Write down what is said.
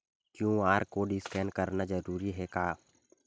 QR code scan करना जरूरी हे का?